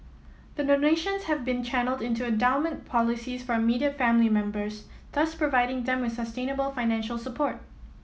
the donations have been channelled into endowment policies for immediate family members thus providing them with sustainable financial support